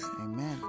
Amen